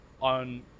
on